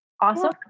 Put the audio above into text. awesome